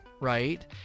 right